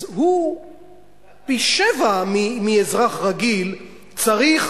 אז הוא פי-שבעה מאזרח רגיל צריך